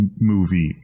movie